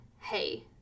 hey